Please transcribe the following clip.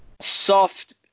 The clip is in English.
soft